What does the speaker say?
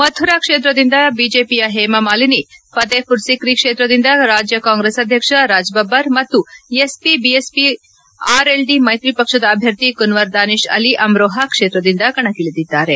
ಮಥುರಾ ಕ್ಷೇತ್ರದಿಂದ ಬಿಜೆಪಿಯ ಹೇಮಾಮಾಲಿನಿ ಫತೇಪುರ್ ಸಿಕ್ರಿ ಕ್ಷೇತ್ರದಿಂದ ರಾಜ್ಯ ಕಾಂಗ್ರೆಸ್ ಅಧ್ಯಕ್ಷ ರಾಜ್ ಬಬ್ಬರ್ ಮತ್ತು ಎಸ್ಪಿ ಬಿಎಸ್ಪಿ ಆರ್ಎಲ್ಡಿ ಮೈತ್ರಿ ಪಕ್ಷದ ಅಭ್ಯರ್ಥಿ ಕುನ್ವಾರ್ ದಾನಿಶ್ ಅಲಿ ಅಮ್ರೋಹಾ ಕ್ಷೇತ್ರದಿಂದ ಕಣಕ್ಕಿ ಳಿದಿದ್ದಾರೆ